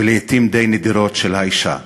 ולעתים די נדירות של האישה.